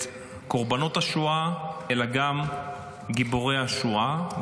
את קורבנות השואה אלא גם את גיבורי השואה.